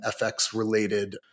FX-related